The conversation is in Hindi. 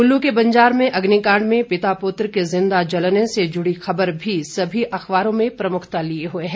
कुल्लू के बंजार में अग्निकांड में पिता पुत्र के जिंदा जलने से जुड़ी खबर भी सभी अखबारों में प्रमुखता लिए हुए है